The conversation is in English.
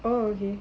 oh okay